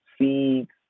seeds